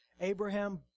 Abraham